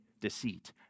deceit